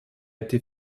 été